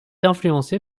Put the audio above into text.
influencée